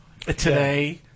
Today